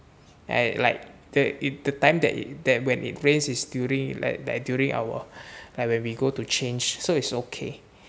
I like that if the time that it that when it rains is during like that during our like when we go to change so it's okay